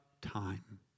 time